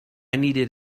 needed